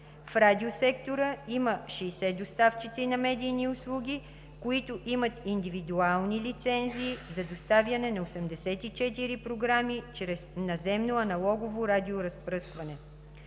В радиосектора има 60 доставчици на медийни услуги, които имат индивидуални лицензии за доставяне на 84 програми чрез наземно аналогово радиоразпръскване.